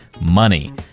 money